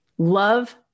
Love